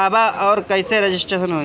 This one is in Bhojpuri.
कहवा और कईसे रजिटेशन होई?